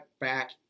back